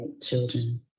children